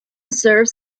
serves